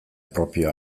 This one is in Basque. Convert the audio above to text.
propioa